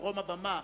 ממרום הבמה,